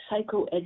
psychoeducation